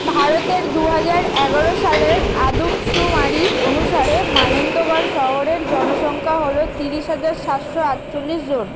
ভারতের দু হাজার এগারো সালের আদমশুমারি অনুসারে মানেন্দ্রগড় শহরের জনসংখ্যা হল তিরিশ হাজার সাতশো আটচল্লিশ জন